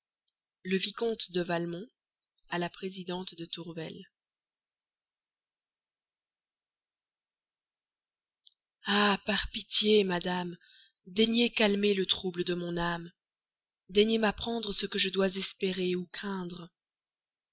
du vicomte de valmont à madame tourvel ah par pitié madame daignez calmer le trouble de mon âme daignez m'apprendre ce que je dois espérer ou craindre